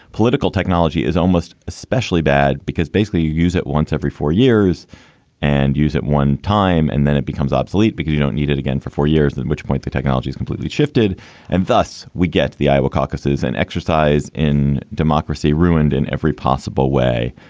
political technology is almost especially bad because basically you use it once every four years and use it one time and then it becomes obsolete because you don't need it again for four years, at which point the technology is completely shifted and thus we get to the iowa caucuses, an and exercise in democracy ruined in every possible way.